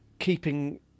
Keeping